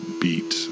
beat